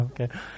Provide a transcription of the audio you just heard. okay